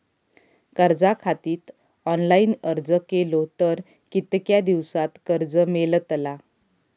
कर्जा खातीत ऑनलाईन अर्ज केलो तर कितक्या दिवसात कर्ज मेलतला?